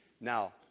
Now